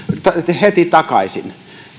heti takaisin